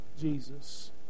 Jesus